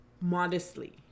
modestly